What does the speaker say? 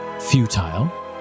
futile